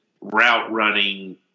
route-running